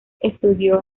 estudió